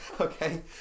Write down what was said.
Okay